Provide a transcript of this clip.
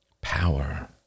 Power